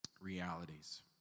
realities